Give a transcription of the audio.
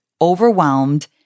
overwhelmed